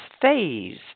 phase